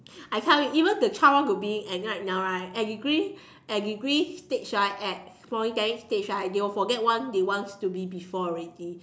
I tell you even the child want to be and right now right at degree at degree stage right at Polytechnic stage right they will forget what they want to be before already